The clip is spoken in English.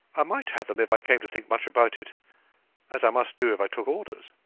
i might have them if i came to think much about it as i must do if i took orders.